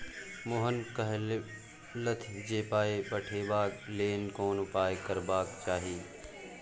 मोहन कहलथि जे पाय पठेबाक लेल कोन उपाय करबाक चाही